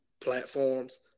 platforms